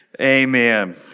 Amen